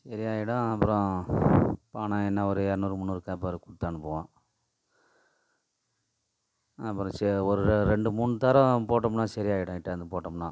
சரி ஆகிடும் அப்புறோம் பணம் என்ன ஒரு இரநூறு முந்நூறு கேட்பாரு கொடுத்து அனுப்புவோம் அப்புறம் சே ஒரு ரெண்டு மூணு தரம் போட்டோமுன்னா சரி ஆகிடும் இழுட்டாந்து போட்டோமுன்னா